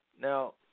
Now